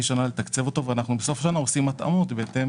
שנה נתקצב אותו ובסוף שנה אנחנו עושים התאמות בהתאם